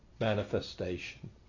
manifestation